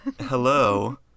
Hello